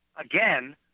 again